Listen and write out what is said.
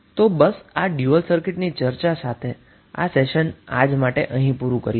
તો હવે dual circuit પરની આ ચર્ચા સાથે આજના લેક્ચરના સેશન ને અહીં પુરું કરીએ છીએ